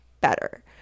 better